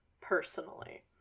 personally